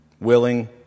willing